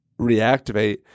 reactivate